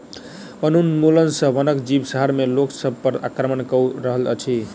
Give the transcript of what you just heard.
वनोन्मूलन सॅ वनक जीव शहर में लोक सभ पर आक्रमण कअ रहल अछि